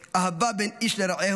אהבה בין איש לרעהו.